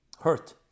hurt